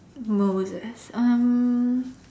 Moses um